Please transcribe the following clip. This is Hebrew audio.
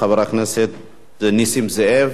חבר הכנסת נסים זאב,